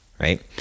right